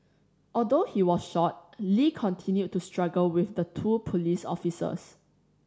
although he was shot Lee continued to struggle with the two police officers